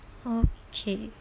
okay